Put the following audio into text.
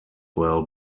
will